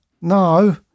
No